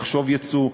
לחשוב יצוא,